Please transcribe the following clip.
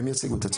הם יציגו את עצמם.